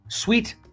Sweet